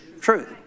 truth